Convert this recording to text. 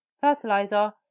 fertilizer